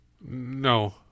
No